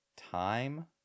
time